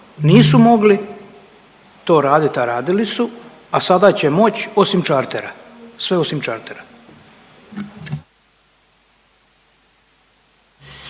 nisu mogli to radit, a radili su, a sada će moć osim čartera, sve osim čartera.